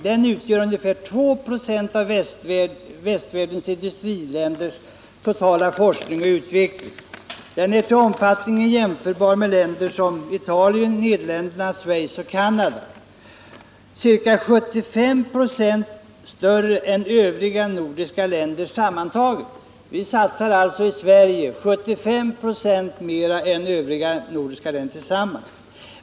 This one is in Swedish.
Den utgör ungefär 2 96 av västvärldens industriländers totala forskning och utveckling. Den är till omfattningen jämförbar med forskningen och utvecklingen i länder som Italien, Nederländerna, Schweiz och Canada. Vi satsar i Sverige 75 26 mera på forskning och utveckling än övriga nordiska länder tillsammans.